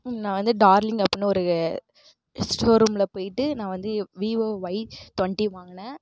நான் வந்து டார்லிங் அப்படினு ஒரு ஸ்டோர் ரூமில் போயிட்டு நான் வந்து வீவோ ஒய் டுவெண்ட்டி வாங்கினேன்